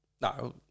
No